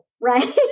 Right